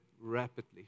rapidly